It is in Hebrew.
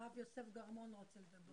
הרב יוסף גרמון רוצה לדבר.